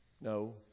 No